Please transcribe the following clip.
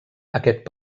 aquest